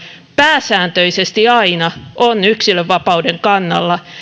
pääsääntöisesti aina on yksilönvapauden kannalla